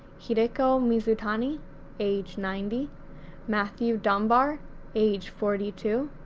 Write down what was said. hideko mizutani age ninety mathew dunbar age forty two,